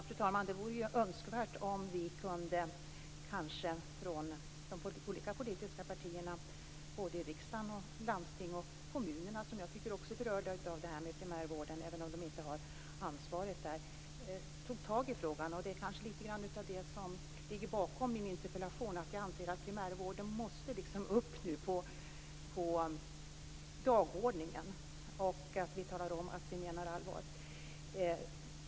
Fru talman! Det vore önskvärt om vi i de olika politiska partierna, både i riksdagen och i landstingen, och även i kommunerna - jag tycker att de också är berörda av primärvården även om de inte har ansvaret - tog tag i frågan. Det är lite av det som ligger bakom min interpellation, dvs. att jag anser att primärvården nu måste upp på dagordningen och att vi måste tala om att vi menar allvar.